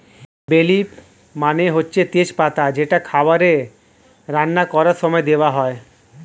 বে লিফ মানে হচ্ছে তেজ পাতা যেটা খাবারে রান্না করার সময়ে দেওয়া হয়